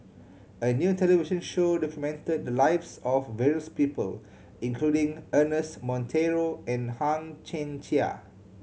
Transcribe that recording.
a new television show documented the lives of various people including Ernest Monteiro and Hang Chang Chieh